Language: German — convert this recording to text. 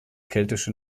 keltische